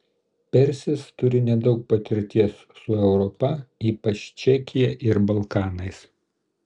persis turi nedaug patirties su europa ypač čekija ir balkanais